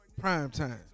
primetime